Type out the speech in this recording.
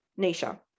Nisha